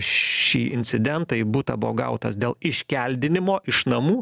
šį incidentą į butą buvo gautas dėl iškeldinimo iš namų